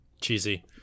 Cheesy